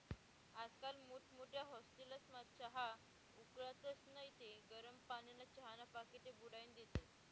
आजकाल मोठमोठ्या हाटेलस्मा चहा उकाळतस नैत गरम पानीमा चहाना पाकिटे बुडाईन देतस